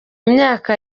myaka